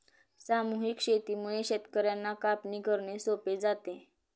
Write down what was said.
सामूहिक शेतीमुळे शेतकर्यांना कापणी करणे सोपे जाते